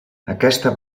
aquesta